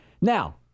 Now